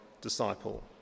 disciple